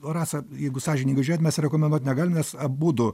rasa jeigu sąžiningai žiūrėt mes rekomenduot negalim nes abudu